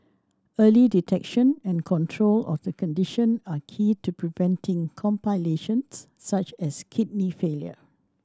early detection and control of the condition are key to preventing such as kidney failure